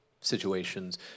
situations